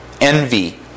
envy